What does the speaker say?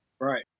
Right